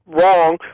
wrong